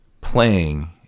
playing